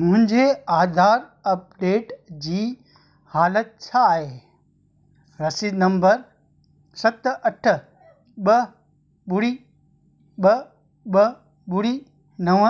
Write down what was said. मुंहिंजे आधार अपडेट जी हालति छा आहे रसीद नंबर सत अठ ॿ ॿुड़ी ॿ ॿ ॿुड़ी नव